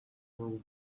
were